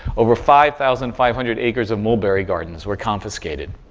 over five thousand five hundred acres of mulberry gardens were confiscated.